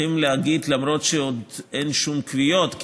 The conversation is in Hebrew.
צריכים להגיד: למרות שעוד אין שום קביעות,